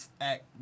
act